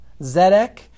Zedek